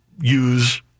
use